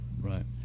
right